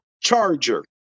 Charger